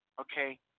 okay